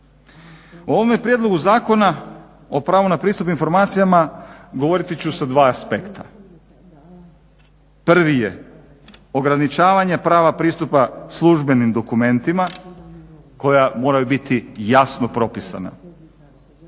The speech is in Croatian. U ovome prijedlogu Zakona o pravu na pristup informacijama govoriti ću sa dva aspekta. Prvi je ograničavanja prava pristupa službenim dokumentima koja moraju biti jasno propisana.